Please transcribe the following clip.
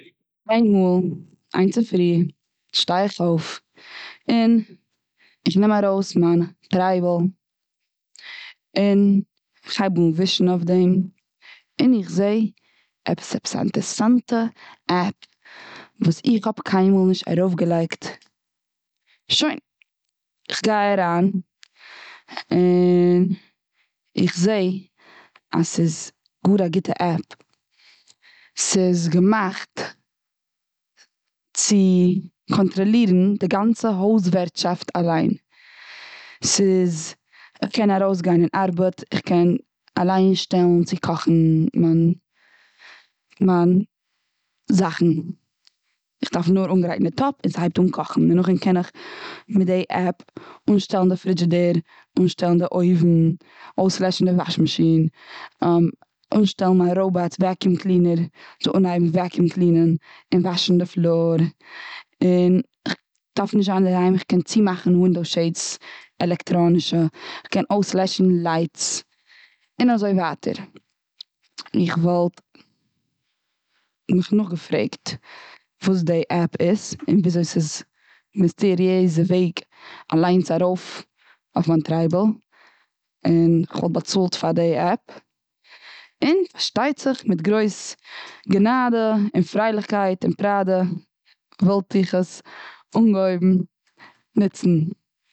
איין מאל, איין צופרי, שטיי איך אויף. און איך נעם ארויס מיין טרייבל. און איך הייב אן ווישן אויף דעם. און איך זעה עפעס א אינטערסאנטע עפפ וואס איך האב קיינמאל נישט ארויף געלייגט. שוין, כ'גיי אריין, און איך זעה אז ס'איז גאר א גוטע עפפ. ס'איז געמאכט צו קאנטראלירן די גאנצע הויז ווערטשאפט אליין. ס'איז, כ'קען ארויס גיין און ארבעט, כ'קען אליין שטעלן צו קאכן מיין זאכן. כ'דארף נאר אנגרייטן די טאפ, און ס'הייבט אן קאכן. נאך דעם קען איך מיט די עפפ אנשטעלן די פרידזשעדער. אנשטעלן די אויוון. אויסלעשן די וואש מאשין. אנשטעלן מיין ראבאט וועקיום קלינער זאל אנהייבן וועקיום קלינען, און וואשן די פלאר. און כ'דארף נישט זיין אינדערהיים, כ'קען צומאכן ווינדאו שעידס, עלעקטראנישע. כ'קען אויס לעשן לייטס, און אזוי ווייטער. איך וואלט מיך נאך געפרעגט וואס די עפפ איז. און וויאזוי ס'איז מיסטעריעזע וועג אליינס ארויף אויף מיין טרייבל. און כ'וואלט באצאלט פאר די עפפ. און פארשטייט זיך מיט גרויס גענאדע, און פריילכקייט, און פאראדע, וואלט איך עס אנגעהויבן ניצן.